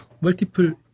multiple